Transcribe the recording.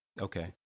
Okay